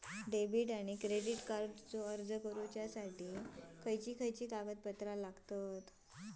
Debit आणि credit कार्डचो अर्ज करुच्यासाठी काय कागदपत्र लागतत?